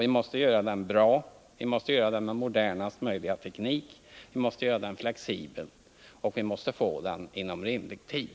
Vi måste göra den bra och därvid använda modernaste möjliga teknik. Vidare är det nödvändigt att den blir flexibel och att den blir färdig inom rimlig tid.